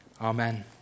Amen